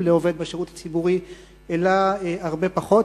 לעובד בשירות הציבורי אלא הרבה פחות.